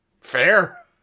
Fair